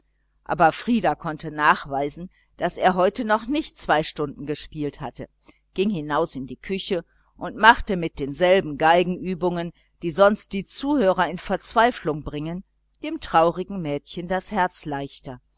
aber frieder konnte nachweisen daß er heute noch nicht zwei stunden gespielt hatte ging hinaus in die küche und machte mit denselben violinübungen die sonst die zuhörer in verzweiflung bringen dem traurigen mädchen das herz leichter